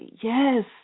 Yes